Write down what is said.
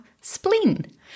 spleen